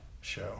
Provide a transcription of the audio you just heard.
show